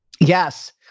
Yes